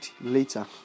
later